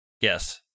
Yes